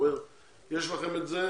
הוא אמר שיש לכם את זה,